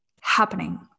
happening